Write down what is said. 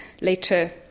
later